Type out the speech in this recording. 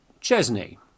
Chesney